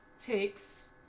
takes